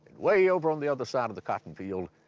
way over on the other side of the cotton field,